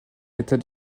l’état